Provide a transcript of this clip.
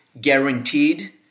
guaranteed